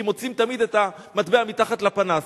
כי מוצאים תמיד את המטבע מתחת לפנס.